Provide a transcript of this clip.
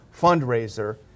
fundraiser